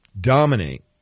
dominate